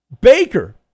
Baker